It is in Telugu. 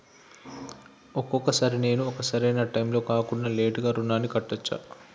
ఒక్కొక సారి నేను ఒక సరైనా టైంలో కాకుండా లేటుగా రుణాన్ని కట్టచ్చా?